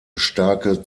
starke